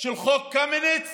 של חוק קמיניץ